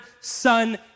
son